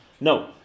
No